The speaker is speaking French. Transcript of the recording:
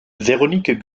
véronique